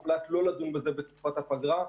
הוחלט לא לדון בזה בתקופת הפגרה.